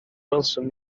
welsom